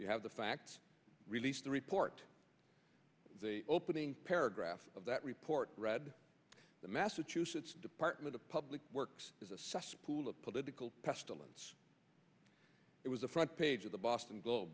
you have the facts released the report the opening paragraph of that report read the massachusetts department of public works as a cesspool of political pestilence it was a front page of the boston globe